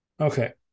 Okay